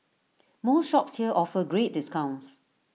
most shops here offer great discounts